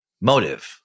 motive